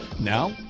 Now